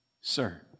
sir